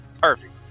perfect